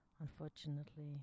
Unfortunately